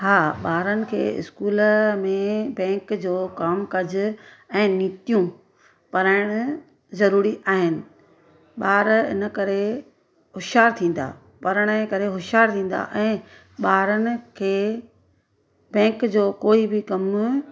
हा ॿारनि खे इस्कूल में बेंक जो कम काज ऐं नीतियूं पढ़ाइणु ज़रूरी आहिनि ॿार इनकरे हुशियारु थींदा पढ़ण जे करे हुशियारु थींदा ऐ ॿारनि खे बैंक जो कोई बि कमु